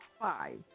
five